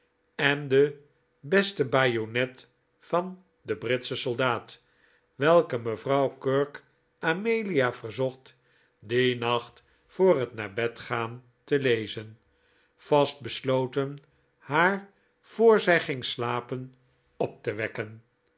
en de beste bajonet van den britschen soldaat welke mevrouw kirk amelia verzocht dien nacht voot het naar bed gaan te lezen vast besloten haar voor zij ging slapen op te wekken